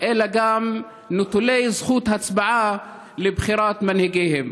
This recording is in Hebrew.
אלא גם נטולי זכות הצבעה לבחירת מנהיגיהם.